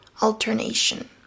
alternation